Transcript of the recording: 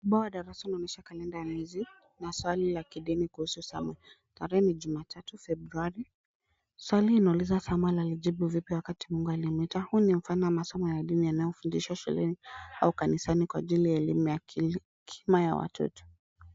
Ubao wa darasa unaonyesha kalenda ya miezi na swali la kidini kuhusu Samuel. Tarehe ni Jumatatu Februari. Swali inauliza Samuel alijibu vipi wakati Mungu alimuita. Huu ni mfano wa masomo ya dini yanayofundishwa shuleni au kanisani kwa ajili ya elimu ya hekima ya watoto.